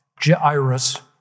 Jairus